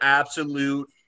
absolute